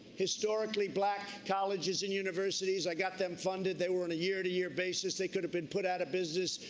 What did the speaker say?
historically black colleges and universities, i got them funded, they were on and a year to year basis, they could have been put out of business.